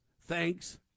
thanks